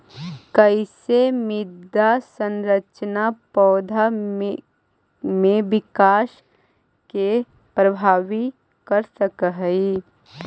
कईसे मृदा संरचना पौधा में विकास के प्रभावित कर सक हई?